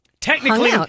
technically